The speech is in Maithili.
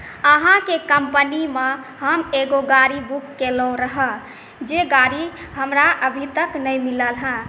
अहाँके कम्पनीमे हम एगो गाड़ी बुक केलहुँ रहए जे गाड़ी हमरा अभी तक नहि मिलल हेँ